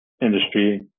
industry